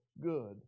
good